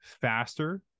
faster